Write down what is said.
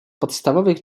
podstawowych